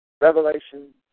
Revelation